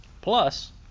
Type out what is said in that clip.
Plus